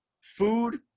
food